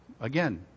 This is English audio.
Again